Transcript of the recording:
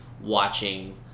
watching